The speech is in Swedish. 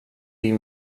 liv